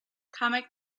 comic